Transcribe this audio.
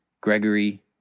Gregory